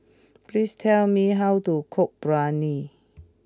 please tell me how to cook Biryani